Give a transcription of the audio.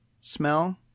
smell